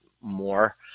more